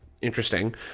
Interesting